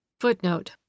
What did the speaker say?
Footnote